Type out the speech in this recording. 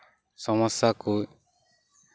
ᱥᱚᱢᱚᱥᱥᱟ ᱠᱚ